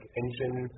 engine